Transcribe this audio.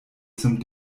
zum